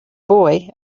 boy